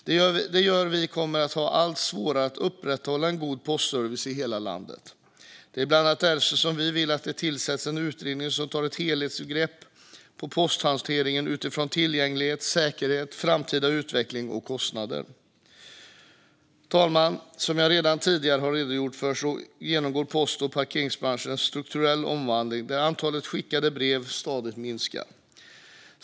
Detta gör att vi kommer att få allt svårare att upprätthålla en god postservice i hela landet. Det är bland annat därför vi vill att det tillsätts en utredning som tar ett helhetsgrepp på posthanteringen utifrån tillgänglighet, säkerhet, framtida utveckling och kostnader. Fru talman! Som jag redan tidigare har redogjort för genomgår post och paketbranschen en strukturell omvandling där antalet skickade brev stadigt minskar.